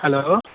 hello